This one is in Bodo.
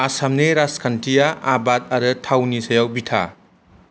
आसामनि रांखान्थिया आबाद आरो थावनि सायाव बिथा